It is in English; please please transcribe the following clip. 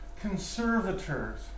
conservators